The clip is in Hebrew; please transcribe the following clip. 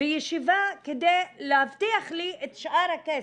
וישיבה כדי להבטיח לי את שאר הכסף.